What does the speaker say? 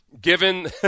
Given